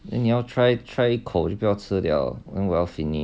then 你要 try try 一口就不要吃了 then 我要 finish